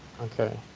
okay